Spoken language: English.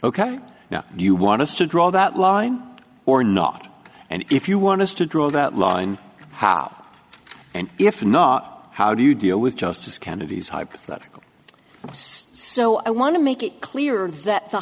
ok now you want us to draw that line or not and if you want us to draw that line how and if not how do you deal with justice kennedy's hypothetical for us so i want to make it clear that the